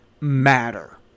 matter